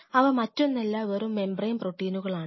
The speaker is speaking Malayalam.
അവ മറ്റൊന്നല്ല വെറും മെംബ്രൺ പ്രോട്ടീനുകളാണ്